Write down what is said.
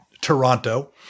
Toronto